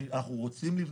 אנחנו רוצים לבנות,